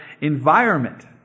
environment